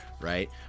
right